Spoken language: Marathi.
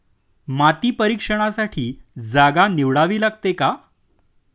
माती परीक्षणासाठी जागा निवडावी लागते का?